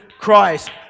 Christ